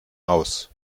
aus